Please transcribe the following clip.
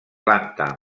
planta